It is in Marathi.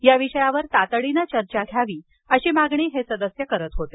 या विषयावर तातडीनं चर्चा घ्यावी अशी मागणी हे सदस्य करीत होते